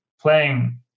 playing